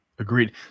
Agreed